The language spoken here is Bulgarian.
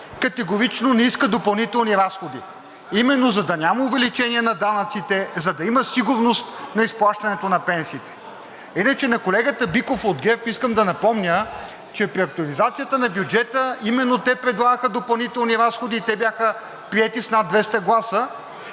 категорично не иска допълнителни разходи, именно за да няма увеличение на данъците, а за да има сигурност на изплащането на пенсиите. Иначе на колегата Биков от ГЕРБ искам да напомня, че при актуализацията на бюджета именно те предлагаха допълнителни разходи и те бяха с над 200 гласа.